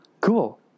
Cool